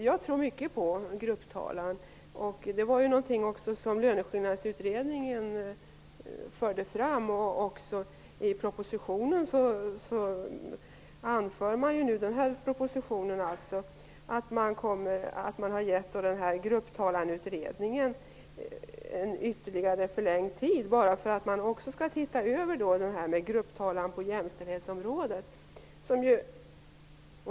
Jag tror mycket på grupptalan, något som också propositionen anförs nu att man har gett Grupptalarutredningen ytterligare förlängd tid till årets slut för att se över frågan om grupptalan på jämställdhetsområdet.